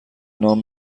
نان